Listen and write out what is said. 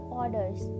orders